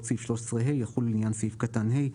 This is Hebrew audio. סעיף 13(ה) יחולו לעניין סעיף קטן (ה)."